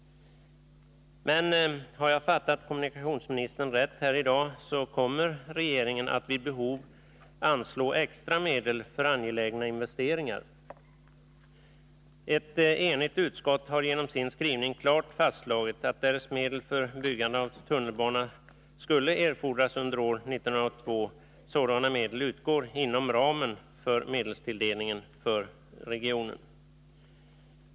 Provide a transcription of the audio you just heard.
Men har jag fattat kommunikationsministern rätt här i dag, kommer regeringen att vid behov anslå extra medel för angelägna investeringar. Ett enigt utskott har genom sin skrivning klart fastslagit att därest medel för byggande av tunnelbana skulle erfordras under år 1982 sådana medel utgår inom ramen för medelstilldelningen för regionen.